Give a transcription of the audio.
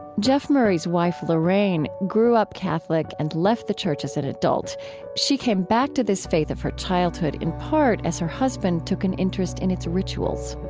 jef murray's wife lorraine grew up catholic and left the church as an adult. she came back to this faith of her childhood, in part, as her husband took an interest in its rituals